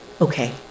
Okay